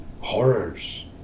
horrors